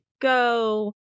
go